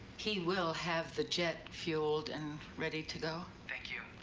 he will have the jet fueled. and ready to go. thank you.